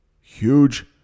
huge